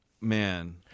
man